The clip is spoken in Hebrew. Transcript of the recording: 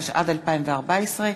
התשע"ד 2014,